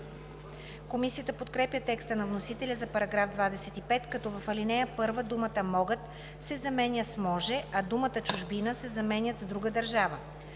Комисията подкрепя текста на вносителя за § 25, като в ал. 1 думата „могат“ се заменя с „може“, а думата „чужбина“ се заменя с „друга държава“.